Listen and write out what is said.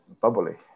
bubbly